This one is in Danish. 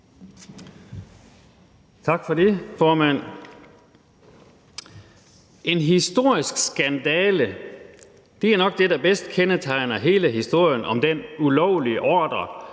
Tak for det, formand. En historisk skandale er nok det, der bedst kendetegner hele historien om den ulovlige ordre